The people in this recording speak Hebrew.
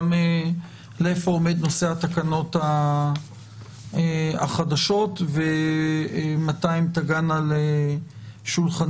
איפה עומד נושא התקנות החדשות ומתי הן תגענה לשולחננו.